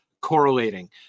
correlating